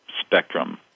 spectrum